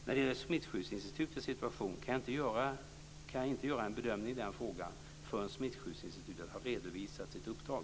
När det gäller Smittskyddsinstitutets situation kan jag inte göra en bedömning i den frågan förrän Smittskyddsinstitutet har redovisat sitt uppdrag.